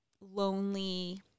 lonely